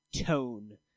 tone